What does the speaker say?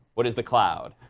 what is the cloud?